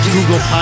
Google